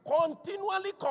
continually